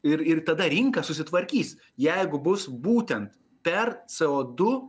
ir ir tada rinka susitvarkys jeigu bus būtent per co du